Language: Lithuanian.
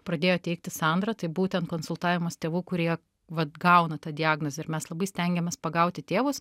pradėjo teikti sandra tai būtent konsultavimas tėvų kurie vat gauna tą diagnozę ir mes labai stengiamės pagauti tėvus